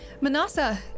Manasa